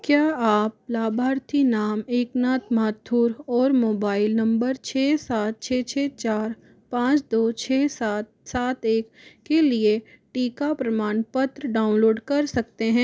क्या आप लाभार्थी नाम एकनाथ माथुर और मोबाइल नंबर छः सात छः छः चार पाँच दो छः सात सात एक के लिए टीका प्रमाण पत्र डाउनलोड कर सकते हैं